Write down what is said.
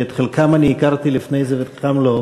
שאת חלקם הכרתי לפני זה ואת חלקם לא,